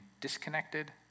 disconnected